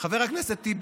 חבר הכנסת טיבי,